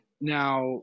Now